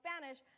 Spanish